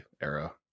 era